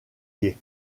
dié